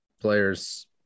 players